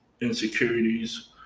insecurities